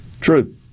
True